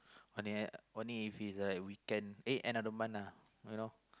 only at only if it's a weekend eh end of the month ah you know